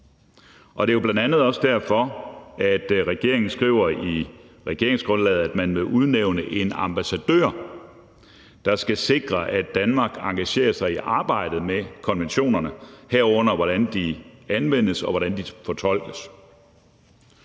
bl.a. også derfor, at regeringen skriver i regeringsgrundlaget, at man vil udnævne en ambassadør, der skal sikre, at Danmark engagerer sig i arbejdet med konventionerne, herunder hvordan de anvendes, og hvordan